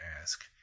ask